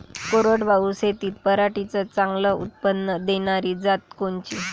कोरडवाहू शेतीत पराटीचं चांगलं उत्पादन देनारी जात कोनची?